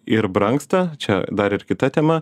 ir brangsta čia dar ir kita tema